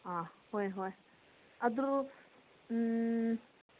ꯑꯥ ꯍꯣꯏ ꯍꯣꯏ ꯑꯗꯨ